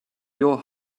your